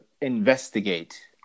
investigate